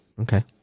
Okay